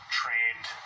trained